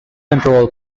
control